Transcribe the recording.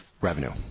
revenue